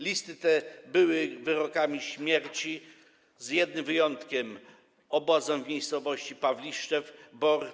Listy te były wyrokami śmierci z jednym wyjątkiem, obozem w miejscowości - Pawliszczew Bor.